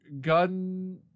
gun